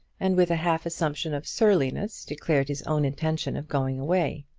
and with a half assumption of surliness declared his own intention of going away.